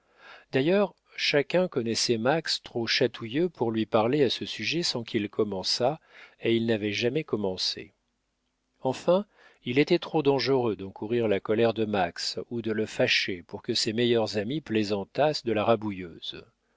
d'ailleurs chacun connaissait max trop chatouilleux pour lui parler à ce sujet sans qu'il commençât et il n'avait jamais commencé enfin il était trop dangereux d'encourir la colère de max ou de le fâcher pour que ses meilleurs amis plaisantassent de la rabouilleuse